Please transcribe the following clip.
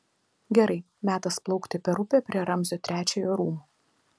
gerai metas plaukti per upę prie ramzio trečiojo rūmų